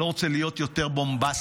אני לא רוצה להיות יותר בומבסטי.